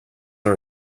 are